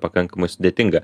pakankamai sudėtinga